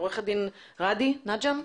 עורך הדין ראדי נג'ם,